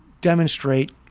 demonstrate